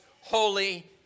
holy